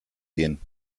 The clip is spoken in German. gehen